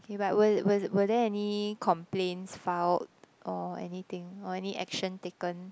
k but were were were there any complaints filed or anything or any action taken